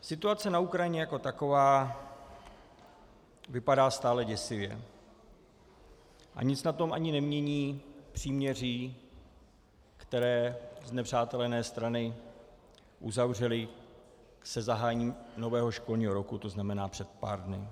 Situace na Ukrajině jako taková vypadá stále děsivě a nic na tom ani nemění příměří, které znepřátelené strany uzavřely se zahájením nového školního roku, tzn. před pár dny.